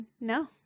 No